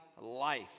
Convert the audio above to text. life